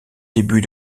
début